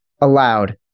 allowed